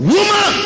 Woman